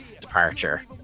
departure